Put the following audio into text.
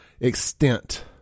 extent